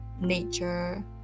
nature